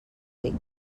tinc